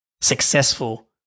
successful